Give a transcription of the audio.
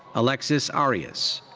alexis arias.